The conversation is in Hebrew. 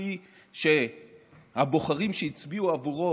כפי שהבוחרים שהצביעו עבורו